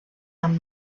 amb